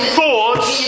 thoughts